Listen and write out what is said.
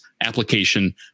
application